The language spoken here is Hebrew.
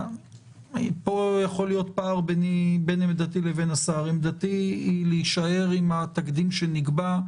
פה יכול להיות פער בין עמדתי לבין השר להישאר עם התקדים שנקבע,